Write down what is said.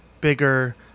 bigger